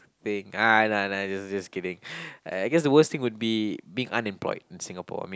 thing ah no no just just kidding I guess the worst thing would be being unemployed in Singapore I mean